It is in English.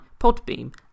Podbeam